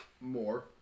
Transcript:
more